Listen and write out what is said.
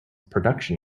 production